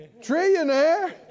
Trillionaire